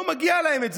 זה לא מגיע להם.